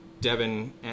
Devin